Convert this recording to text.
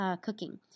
cooking